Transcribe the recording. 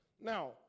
Now